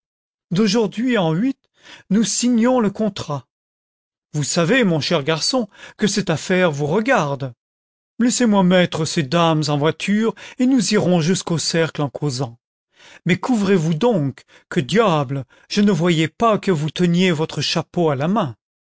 d'aujourd'hui en huit nous signons le contrat vous savez mon cher garçon que cette affaire vous regarde laissez-moi mettre ces dames en voiture et nous irons jusqu'au cercle content from google qu'au a content from google book search generated at couvrez vous donc que diable je ne voyais pas que vous teniez votre chapeau à la main